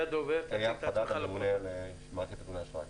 אני רוצה לומר מראש